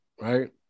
right